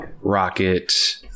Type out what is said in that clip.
Rocket